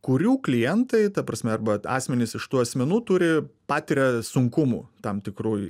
kurių klientai ta prasme arba asmenys iš tų asmenų turi patiria sunkumų tam tikru